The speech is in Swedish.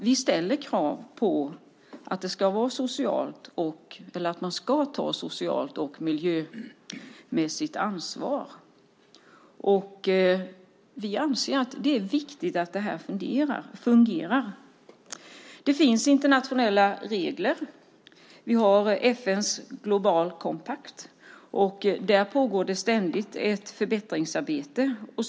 Vi ställer krav på att de tar socialt och miljömässigt ansvar. Vi anser att det är viktigt att det fungerar. Det finns internationella regler. Vi har FN:s Global Compact. Där pågår ständigt ett förbättringsarbete.